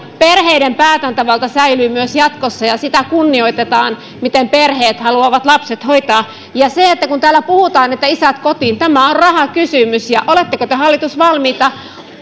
perheiden päätäntävalta säilyy myös jatkossa ja sitä kunnioitetaan miten perheet haluavat lapset hoitaa kun täällä puhutaan että isät kotiin tämä on rahakysymys oletteko te hallitus valmiita